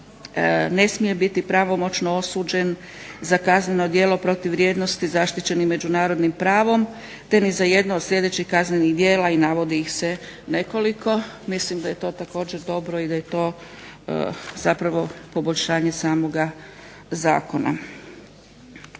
ne smije biti pravomoćno osuđen za kazneno djelo protiv vrijednosti zaštićeni međunarodnim pravom, te ni za jedno od sljedećih kaznenih djela i navodi ih se nekoliko. Mislim da je to također dobro i da je to zapravo poboljšanje samoga zakona.